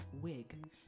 wig